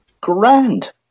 grand